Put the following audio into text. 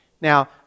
Now